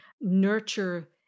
nurture